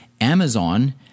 Amazon